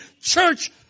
church